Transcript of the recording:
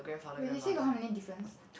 wait they say got how many difference